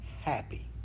happy